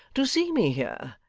to see me here.